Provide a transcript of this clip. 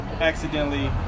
accidentally